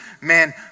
Man